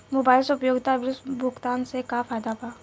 Mobile से उपयोगिता bill भुगतान से का फायदा बा?